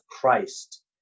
Christ